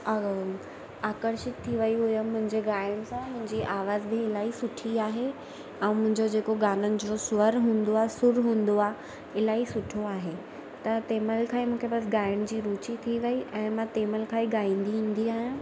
आ आकर्षित थी वेई हुयमि मुंहिंजे ॻाइण सां मुंहिंजी आवाज़ बि इलाही सुठी आहे ऐं मुंहिंजो जेको गाननि जो स्वरु हूंदो आहे सुरु हूंदो आहे इलाही सुठो आहे त तंहिं महिल खां ई मूंखे बसि ॻाइण जी रुची थी वेई ऐं मां तंहिं महिल खां ई ॻाईंदी ईंदी आहियां